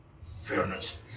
fairness